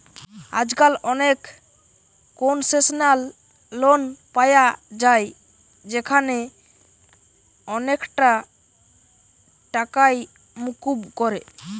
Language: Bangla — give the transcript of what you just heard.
আজকাল অনেক কোনসেশনাল লোন পায়া যায় যেখানে অনেকটা টাকাই মুকুব করে